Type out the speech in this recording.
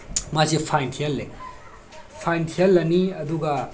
ꯃꯥꯁꯦ ꯐꯥꯏꯟ ꯊꯤꯍꯜꯂꯦ ꯐꯥꯏꯟ ꯊꯤꯍꯜꯂꯅꯤ ꯑꯗꯨꯒ